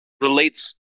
relates